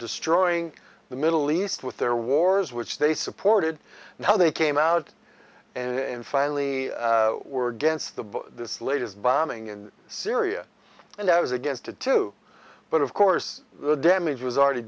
destroying the middle east with their wars which they supported and how they came out and finally were against the this latest bombing in syria and i was against a two but of course the damage was already